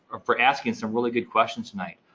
or for asking some really good questions tonight.